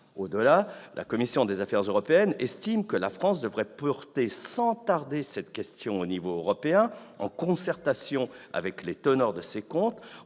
Au-delà, la commission des affaires européennes estime que la France devrait porter sans tarder cette question au niveau européen, en concertation avec les teneurs de ces comptes,